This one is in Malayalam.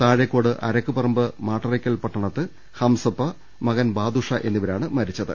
താഴെക്കോട് അരക്കുപറമ്പ് മാട്ടറയ്ക്കൽ പട്ട ണത്ത് ഹംസപ്പ മകൻ ബാദുഷ എന്നിവരാണ് മരിച്ചത്